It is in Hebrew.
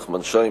נחמן שי,